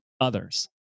others